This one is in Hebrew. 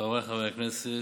חבריי חברי הכנסת,